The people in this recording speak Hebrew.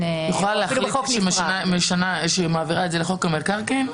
היא יכולה להחליט שהיא מעבירה לחוק המקרקעין?